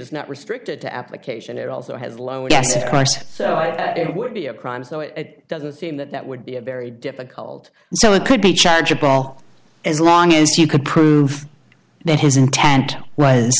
is not restricted to application it also has lower gas prices so i would be a crime so it doesn't seem that that would be a very difficult so it could be chargeable as long as you could prove that his intent was